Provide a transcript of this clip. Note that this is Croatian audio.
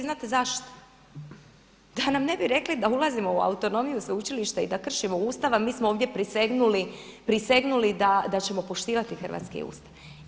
Znate zašto, da nam ne bi rekli da ulazimo u autonomiju sveučilišta i da kršimo Ustav, a mi smo ovdje prisegnuli da ćemo poštivati hrvatski Ustav.